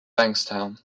bankstown